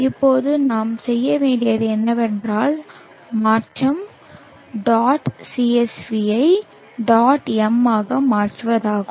இப்போது நாம் செய்ய வேண்டியது என்னவென்றால் மாற்றம் dot CSV ஐ dot m ஆக மாற்றுவதாகும்